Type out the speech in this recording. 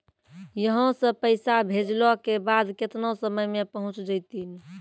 यहां सा पैसा भेजलो के बाद केतना समय मे पहुंच जैतीन?